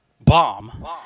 bomb